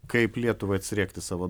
kaip lietuvai atsiriekti savo